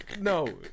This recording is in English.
No